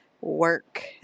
work